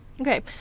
Okay